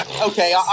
okay